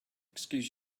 excuse